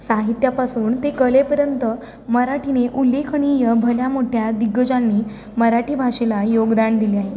साहित्यापासून ते कलेपर्यंत मराठीने उल्लेखनीय भल्या मोठ्या दिग्गजांनी मराठी भाषेला योगदान दिले आहे